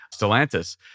Stellantis